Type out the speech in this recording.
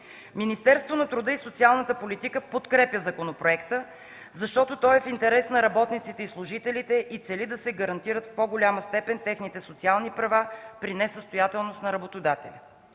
Министерството на труда и социалната политика подкрепя законопроекта, защото той е в интерес на работниците и служителите и цели да се гарантират в по-голяма степен техните социални права при несъстоятелност на работодателя.